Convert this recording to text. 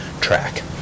track